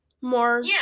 more